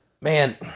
man